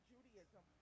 Judaism